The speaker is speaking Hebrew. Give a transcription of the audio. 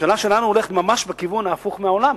הממשלה שלנו הולכת ממש בכיוון ההפוך מהעולם.